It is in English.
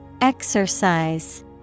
Exercise